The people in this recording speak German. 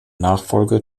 nachfolge